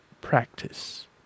Practice